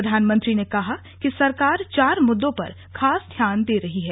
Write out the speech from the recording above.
प्रधानमंत्री ने कहा कि सरकार चार मुद्दों पर खास ध्यान दे रही है